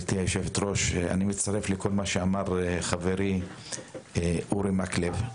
אני מצטרף לכל מה שאמר חברי אורי מקלב.